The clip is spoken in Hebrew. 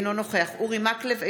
אינו נוכח אורי מקלב,